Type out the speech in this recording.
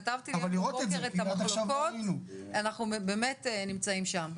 כתבתי בבוקר את המחלוקות, אנחנו באמת נמצאים שם.